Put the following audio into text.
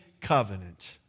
covenant